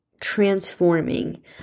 transforming